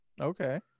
Okay